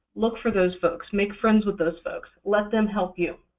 look for those folks. make friends with those folks. let them help you.